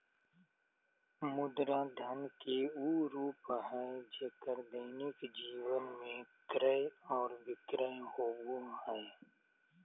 मुद्रा धन के उ रूप हइ जेक्कर दैनिक जीवन में क्रय और विक्रय होबो हइ